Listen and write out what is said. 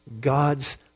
God's